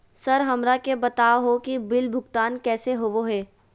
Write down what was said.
Sir हमरा के बता हो कि बिल भुगतान कैसे होबो है?